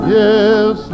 yes